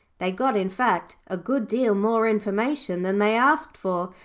they got, in fact, a good deal more information than they asked for,